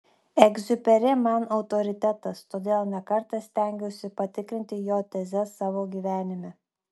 egziuperi man autoritetas todėl ne kartą stengiausi patikrinti jo tezes savo gyvenime